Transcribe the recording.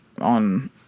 on